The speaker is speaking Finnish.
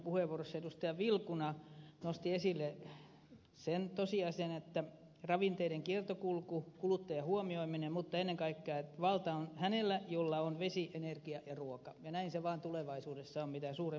vilkuna nosti esille sen tosiasian että ravinteiden kiertokulku kuluttajan huomioiminen mutta ennen kaikkea että valta on sillä jolla on vesi energia ja ruoka ja näin se vaan tulevaisuudessa on mitä suurimmassa määrin